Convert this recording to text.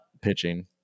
pitching